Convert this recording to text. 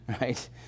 right